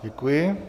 Děkuji.